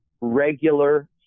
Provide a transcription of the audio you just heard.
regular